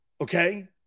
okay